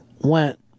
Went